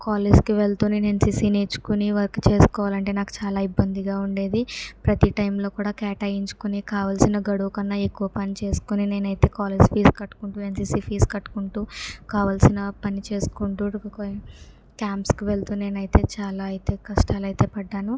కాలేజీకి వెళ్తూ నేను ఎన్సిసి నేర్చుకుని వర్క్ చేసుకోవాలంటే నాకు చాలా ఇబ్బందిగా ఉండేది ప్రతి టైంలో కూడా కేటాయించుకుని కావాల్సిన గడువు కన్నా ఎక్కువ పని చేసుకుని నేనైతే కాలేజీ ఫీజు కట్టుకుంటూ ఎన్సిసి ఫీజు కట్టుకుంటూ కావలసిన పని చేసుకుంటూ క్యాంప్స్కి వెళుతూ నేనైతే చాలా అయితే కష్టాలు అయితే పడ్డాను